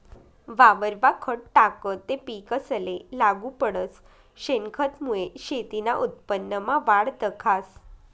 वावरमा खत टाकं ते पिकेसले लागू पडस, शेनखतमुये शेतीना उत्पन्नमा वाढ दखास